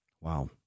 Wow